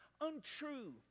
untrue